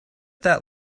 that